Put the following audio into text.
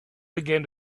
began